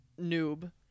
noob